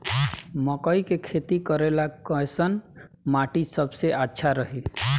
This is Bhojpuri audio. मकई के खेती करेला कैसन माटी सबसे अच्छा रही?